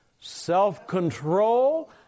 Self-control